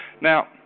Now